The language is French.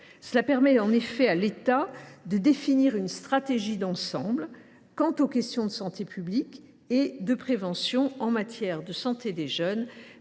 C’est en effet à l’État de définir une stratégie d’ensemble quant aux questions de santé publique et de prévention en matière de santé des jeunes.